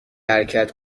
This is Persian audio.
حرکت